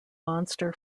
monster